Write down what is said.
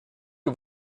que